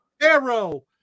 Arrow